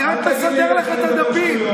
אני רק מסדר לך את הדפים.